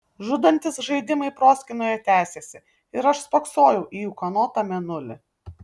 žudantys žaidimai proskynoje tesėsi ir aš spoksojau į ūkanotą mėnulį